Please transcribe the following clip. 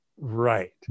Right